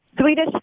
Swedish